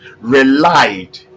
relied